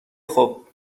خوب